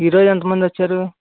ఈ రోజూ ఎంతమంది వచ్చారు